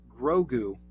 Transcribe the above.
Grogu